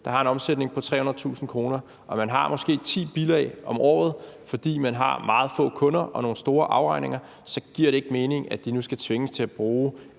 som har en omsætning på 300.000 kr., og som måske har ti bilag om året, fordi man har meget få kunder og nogle store afregninger, så giver det ikke mening, at man nu skal tvinges til at bruge